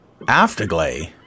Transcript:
Afterglay